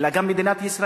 אלא גם מדינת ישראל,